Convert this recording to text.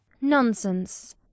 Nonsense